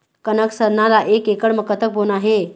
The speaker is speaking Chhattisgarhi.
कनक सरना ला एक एकड़ म कतक बोना हे?